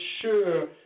sure